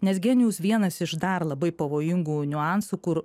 nes genijaus vienas iš dar labai pavojingų niuansų kur